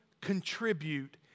contribute